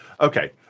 Okay